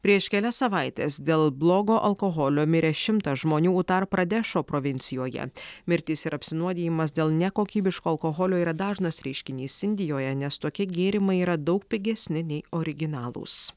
prieš kelias savaites dėl blogo alkoholio mirė šimtas žmonių utar pradešo provincijoje mirtys ir apsinuodijimas dėl nekokybiško alkoholio yra dažnas reiškinys indijoje nes tokie gėrimai yra daug pigesni nei originalūs